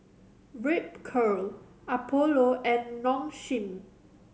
Ripcurl Apollo and Nong Shim